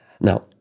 Now